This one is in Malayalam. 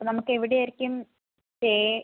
അപ്പോൾ നമുക്ക് എവിടെ ആയിരിക്കും സ്റ്റേ